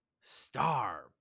Star